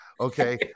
okay